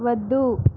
వద్దు